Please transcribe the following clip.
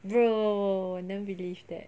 bro I don't believe that